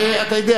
אתה יודע,